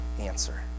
answer